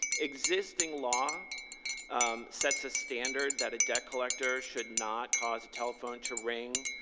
existing law sets a standard that a debt collector should not cause a telephone to ring